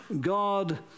God